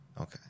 Okay